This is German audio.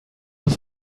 muss